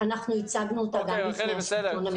אנחנו הצגנו אותה בפני השלטון המקומי.